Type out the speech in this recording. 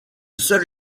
seule